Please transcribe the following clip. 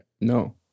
no